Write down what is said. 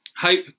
Hope